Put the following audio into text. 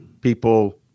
people